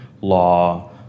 Law